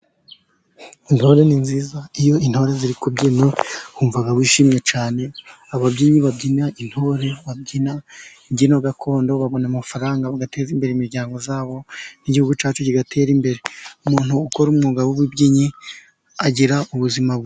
Intore ni nziza, iyo intore ziri kubyina wumva wishimye cyane, ababyinnyi babyina intore babyina imbyino gakondo babona amafaranga bagateza imbere imiryango yabo n'igihugu cyacu kigatera imbere, umuntu ukora umwuga w'ububyinnyi agira ubuzima bwiza.